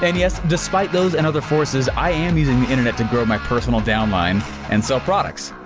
and yes, despite those and other forces, i am using the internet to grow my personal downline and sell products.